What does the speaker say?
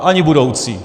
Ani budoucí.